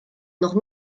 noch